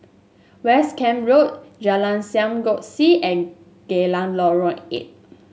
West Camp Road Jalan Sam Kongsi and Geylang Lorong Eight